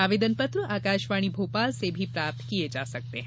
आवेदन पत्र आकाशवाणी भोपाल से भी प्राप्त किये जा सकते हैं